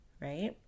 right